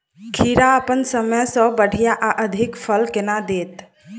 खीरा अप्पन समय सँ बढ़िया आ अधिक फल केना देत?